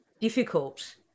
difficult